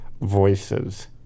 voices